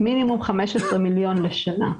מינימום 15 מיליון לשנה.